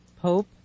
Pope